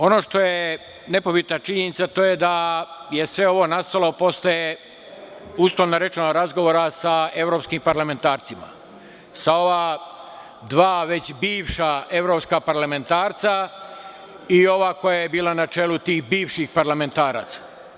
Ono što je nepobitna činjenica, to je da je sve ovo nastalo posle, uslovno rečeno, razgovora sa evropskim parlamentarcima, sa ova dva već bivša evropska parlamentarca i ova koja je bila na čelu tih bivših parlamentaraca.